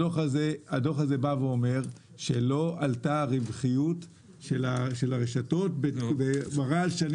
הדוח הזה אומר שהרווחיות של הרשתות לא עלתה לאורך השנים.